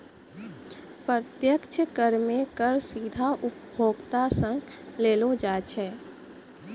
प्रत्यक्ष कर मे कर सीधा उपभोक्ता सं लेलो जाय छै